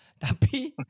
Tapi